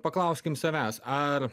paklauskim savęs ar